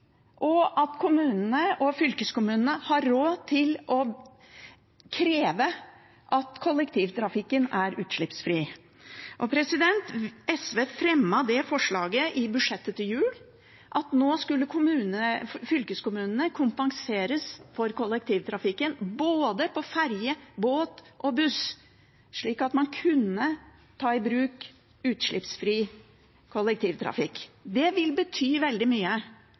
og at kommunene og fylkeskommunene har råd til å kreve at kollektivtrafikken er utslippsfri. SV fremmet i budsjettet før jul forslag om at fylkeskommunene skulle kompenseres for kollektivtrafikken på både ferje, båt og buss, slik at man kunne ta i bruk utslippsfri kollektivtrafikk. Det ville bety veldig mye.